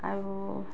আৰু